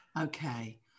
Okay